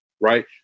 Right